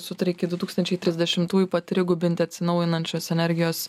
sutarė iki du tūkstančiai trisdešimtųjų patrigubinti atsinaujinančios energijos